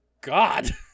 God